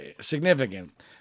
significant